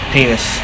Penis